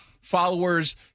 followers